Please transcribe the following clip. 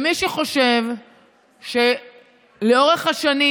מי שחושב שלאורך השנים,